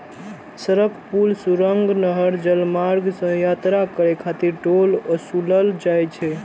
सड़क, पुल, सुरंग, नहर, जलमार्ग सं यात्रा करै खातिर टोल ओसूलल जाइ छै